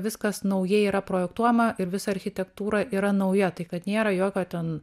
viskas naujai yra projektuojama ir visa architektūra yra nauja tai kad nėra jokio ten